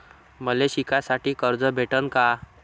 मले शिकासाठी कर्ज भेटन का?